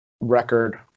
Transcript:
record